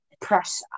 Press